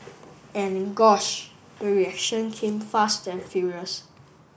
and gosh the reactions came fast and furious